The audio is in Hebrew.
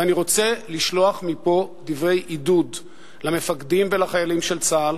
ואני רוצה לשלוח מפה דברי עידוד למפקדים ולחיילים של צה"ל,